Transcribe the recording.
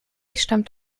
stammt